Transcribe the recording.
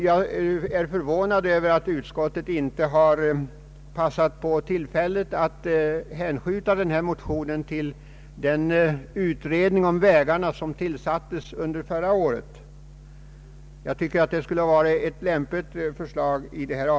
Jag är förvånad över att utskottet inte har passat på tillfället att hänskjuta dessa motioner till den utredning om vägarna som tillsattes under förra året. Jag tycker att det borde ha framlagts ett förslag härom.